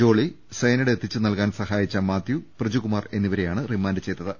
Jolly cyanide എത്തിച്ച് നൽകാൻ സഹായിച്ച മാത്യു പ്രജുകുമാർ എന്നിവരെയാണ് റിമാൻഡ് ചെയ്തത്